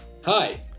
Hi